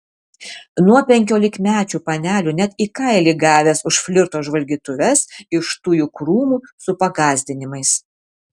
nuo penkiolikmečių panelių net į kailį gavęs už flirto žvalgytuves iš tujų krūmų su pagąsdinimais